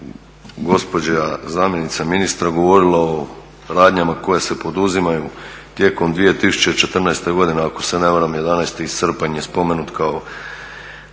gospođa zamjenica ministra govorila o radnjama koje se poduzimaju tijekom 2014. godine, ako se ne varam 11. srpanj je spomenut kao